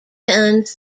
tons